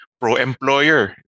pro-employer